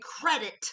credit